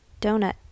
donut